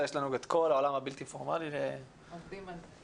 יש לנו את כל העולם הבלתי פורמלי --- עובדים על זה.